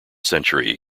century